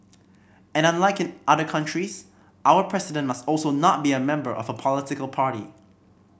and unlike in other countries our President must also not be a member of a political party